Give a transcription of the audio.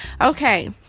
okay